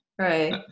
right